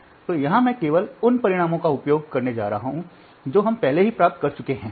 तो यहाँ मैं केवल उन परिणामों का उपयोग करने जा रहा हूँ जो हम पहले ही प्राप्त कर चुके हैं